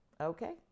okay